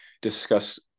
discuss